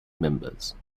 members